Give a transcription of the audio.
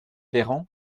véran